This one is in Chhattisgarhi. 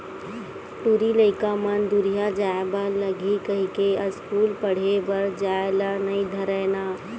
टूरी लइका मन दूरिहा जाय बर लगही कहिके अस्कूल पड़हे बर जाय ल नई धरय ना